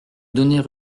donner